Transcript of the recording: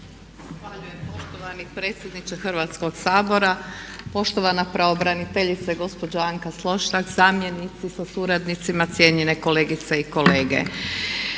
Hvala lijepo poštovani predsjedniče Hrvatskog sabora, poštovana pravobraniteljice, gospođo Anka Slonjšak, zamjenici sa suradnicima, cijenjene kolegice i kolege.